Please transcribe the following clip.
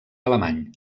alemany